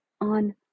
on